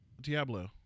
Diablo